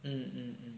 mm mm